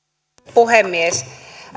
puhemies